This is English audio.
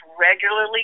regularly